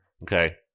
Okay